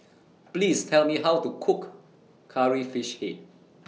Please Tell Me How to Cook Curry Fish Head